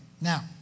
now